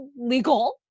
legal